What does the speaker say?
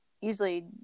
usually